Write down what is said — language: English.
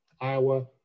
Iowa